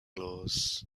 laws